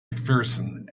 mcpherson